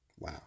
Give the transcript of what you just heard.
Wow